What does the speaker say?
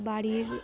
বাড়ির